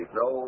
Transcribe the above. no